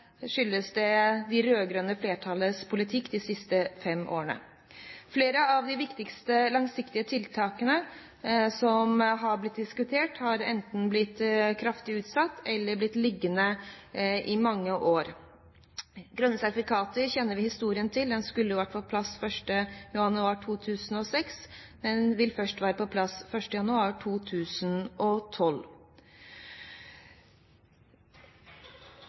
skyldes det det rød-grønne flertallets politikk de siste fem årene. Flere av de viktigste langsiktige tiltakene som har blitt diskutert, har enten blitt kraftig utsatt eller blitt liggende i mange år. Grønne sertifikater kjenner vi historien til. De skulle vært på plass 1. januar 2006, men vil først være på plass 1. januar 2012.